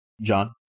John